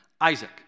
Isaac